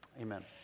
Amen